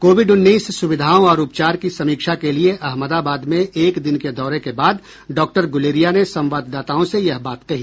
Covid उन्नीस सुविधाओं और उपचार की समीक्षा के लिए अहमदाबाद में एक दिन के दौरे के बाद डाक्टर गूलेरिया ने संवाददाताओं से यह बात कही